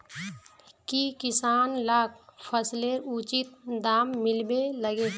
की किसान लाक फसलेर उचित दाम मिलबे लगे?